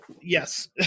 yes